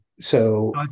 So-